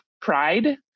pride